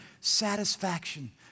satisfaction